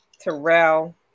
Terrell